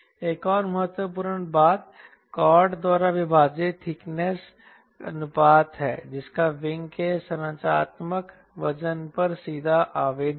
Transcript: एक और महत्वपूर्ण बात कॉर्ड द्वारा विभाजित ठीकनेस अनुपात है इसका विंग के संरचनात्मक वजन पर सीधा आवेदन है